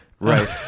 Right